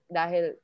dahil